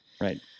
Right